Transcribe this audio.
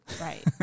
right